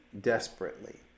desperately